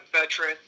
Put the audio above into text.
veteran